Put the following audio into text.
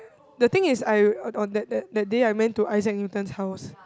the thing is I on on that that that day I went to Issac-Newton's house